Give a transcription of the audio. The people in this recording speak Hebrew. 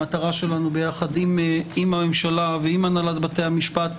המטרה שלנו ביחד עם הממשלה ועם הנהלת בתי המשפט,